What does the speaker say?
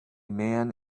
man